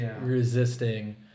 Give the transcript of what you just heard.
resisting